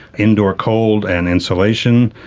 indoor cold and installation,